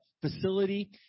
facility